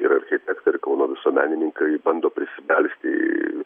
ir architektai ir kauno visuomenininkai bando prisibelsti į